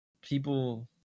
people